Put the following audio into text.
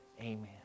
Amen